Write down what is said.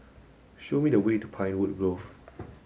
show me the way to Pinewood Grove